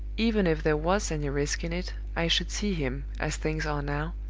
even if there was any risk in it, i should see him, as things are now.